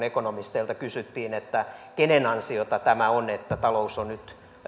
ekonomisteilta kysyttiin kenen ansiota tämä on että talous on nyt